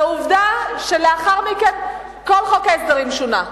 ועובדה שלאחר מכן כל חוק ההסדרים שונה.